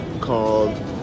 called